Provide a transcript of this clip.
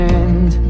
end